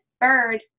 bird